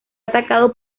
atacado